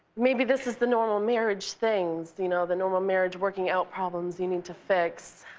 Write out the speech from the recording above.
maybe this is the normal marriage things, you know, the normal marriage working out problems you need to fix.